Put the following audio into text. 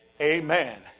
Amen